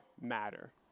matter